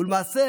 ולמעשה